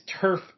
turf